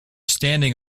standing